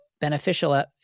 beneficial